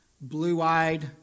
blue-eyed